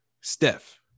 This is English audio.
Steph